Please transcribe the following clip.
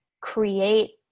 create